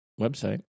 website